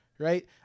Right